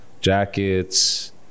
jackets